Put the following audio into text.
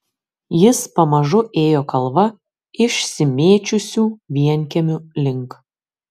jis pamažu ėjo kalva išsimėčiusių vienkiemių link